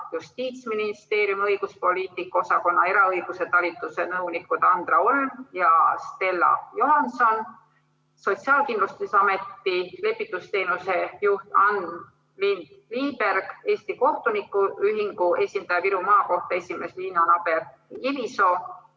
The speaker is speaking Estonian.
Justiitsministeeriumi õiguspoliitika osakonna eraõiguse talituse nõunikud Andra Olm ja Stella Johanson, Sotsiaalkindlustusameti lepitusteenuse juht Ann Lind-Liiberg, Eesti Kohtunike Ühingu esindaja, Viru Maakohtu esimees Liina Naaber-Kivisoo,